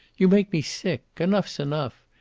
you make me sick. enough's enough.